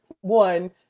one